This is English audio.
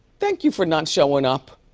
thank you for not showing up.